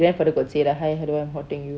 maybe the grandfather say hi hello I'm haunting you